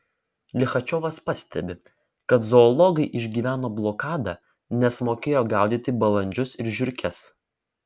lichačiovas pastebi kad zoologai išgyveno blokadą nes mokėjo gaudyti balandžius ir žiurkes